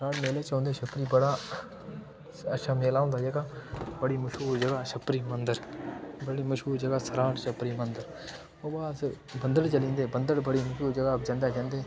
सराह्ड़ मेले च औंदे छपरी बड़ा अच्छा मेला होंदा जेह्का बड़ी मश्हूर जगह् ऐ छपरी मंदर बड़ी मश्हूर जगह् ऐ स्राढ़ छपरी मंदर उत्थूं अस बंधड़ चली जंदे बंधड़ बड़ी मश्हूर जगह् ऐ जंदे जंदे